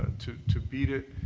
and to to beat it,